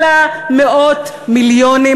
עלה מאות מיליונים,